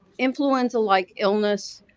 influenza-like illness